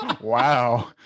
Wow